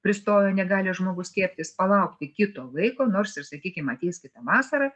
pristojo negali žmogus skiepytis palaukti kito laiko nors ir sakykim ateis kita vasara